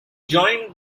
joined